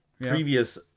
previous